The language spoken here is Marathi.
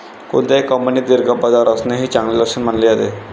कोणत्याही कंपनीत दीर्घ पदावर असणे हे चांगले लक्षण मानले जाते